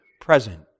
present